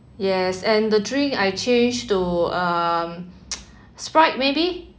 yes and the drink I change to uh sprite maybe